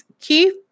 Keith